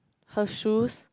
her shoes